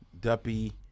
Duppy